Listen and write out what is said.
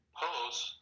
pose